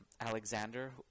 Alexander